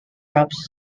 crops